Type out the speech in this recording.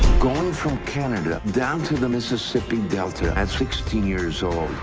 going from canada down to the mississippi delta at sixteen years old,